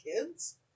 kids